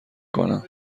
کنم